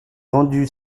rendue